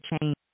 change